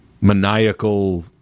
maniacal